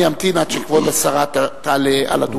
ימתין עד שכבוד השרה תעלה על הדוכן.